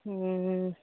हुँ